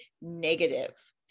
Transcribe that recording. negative